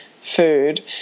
food